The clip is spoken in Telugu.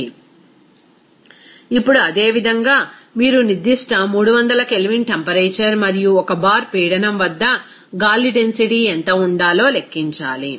రిఫర్ స్లయిడ్ టైం2803 ఇప్పుడు అదే విధంగా మీరు నిర్దిష్ట 300 కెల్విన్ టెంపరేచర్ మరియు 1 బార్ పీడనం వద్ద గాలి డెన్సిటీ ఎంత ఉండాలో లెక్కించాలి